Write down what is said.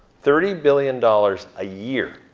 thirty billion dollars a year.